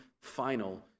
final